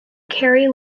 carey